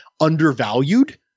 undervalued